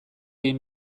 egin